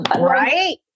Right